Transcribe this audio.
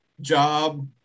job